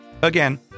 again